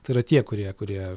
tai yra tie kurie kurie